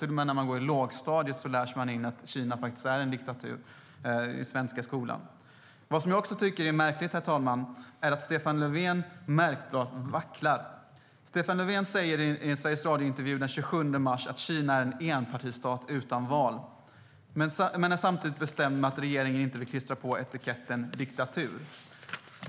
Till och med när man går i lågstadiet i den svenska skolan får man lära sig att Kina är en diktatur. Jag tycker också att det är märkligt, herr talman, att Stefan Löfven märkbart vacklar. Han säger i en intervju i Sveriges Radio den 27 mars att Kina är en enpartistat utan val. Men samtidigt bestämmer man att regeringen inte vill klistra på etiketten diktatur.